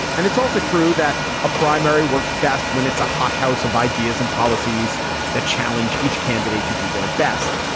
and it's also true that a primary works best when it's a hothouse of ideas and policies that challenge each candidate to be their best.